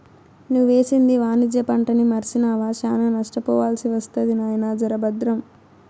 నువ్వేసింది వాణిజ్య పంటని మర్సినావా, శానా నష్టపోవాల్సి ఒస్తది నాయినా, జర బద్రం